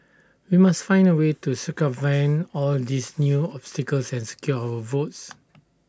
we must find A way to circumvent all these new obstacles and secure our votes